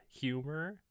humor